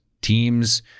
teams